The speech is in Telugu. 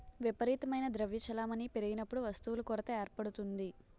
విపరీతమైన ద్రవ్య చలామణి పెరిగినప్పుడు వస్తువుల కొరత ఏర్పడుతుంది